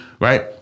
right